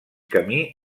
camí